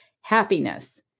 happiness